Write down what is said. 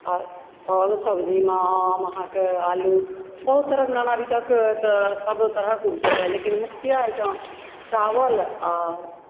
आओर फल सब्जीमे हम अहाँके आलू बहुत तरहक नाना विधक एतय सभ तरहक उपजैए लेकिन मुख्यतः एहिठाम चावल आओर